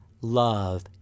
love